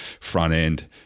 front-end